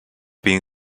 been